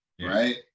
right